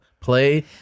Play